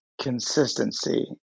consistency